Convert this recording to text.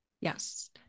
Yes